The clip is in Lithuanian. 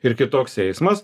ir kitoks eismas